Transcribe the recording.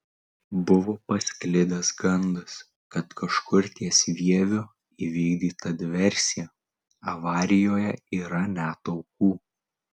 buvo pasklidęs gandas kad kažkur ties vieviu įvykdyta diversija avarijoje yra net aukų